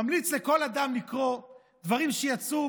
ממליץ לכל אדם לקרוא דברים שיצאו,